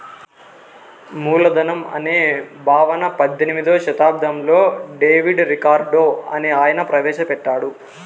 మూలధనం అనే భావన పద్దెనిమిదో శతాబ్దంలో డేవిడ్ రికార్డో అనే ఆయన ప్రవేశ పెట్టాడు